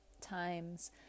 times